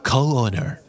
Co-owner